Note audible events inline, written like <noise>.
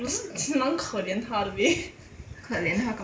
我是蛮可怜她呗 <laughs>